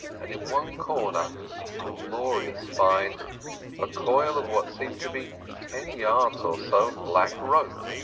and in one corner glorious find a coil of what seemed to be ten yards or so of black rope.